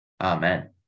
Amen